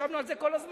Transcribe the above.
ישבנו על זה כל הזמן.